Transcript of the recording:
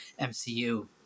MCU